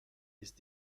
ist